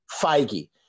Feige